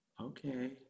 Okay